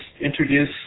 introduce